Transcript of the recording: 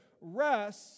rest